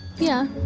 yeah.